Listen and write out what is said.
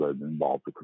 involved